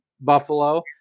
Buffalo